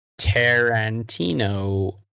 Tarantino